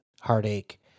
heartache